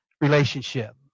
relationship